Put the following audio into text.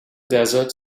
desert